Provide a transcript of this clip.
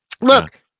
Look